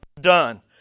done